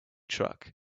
truck